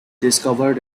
discovered